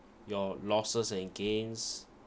your losses and gains